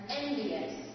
envious